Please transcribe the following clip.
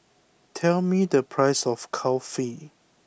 tell me the price of Kulfi